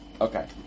Okay